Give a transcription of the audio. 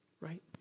right